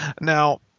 Now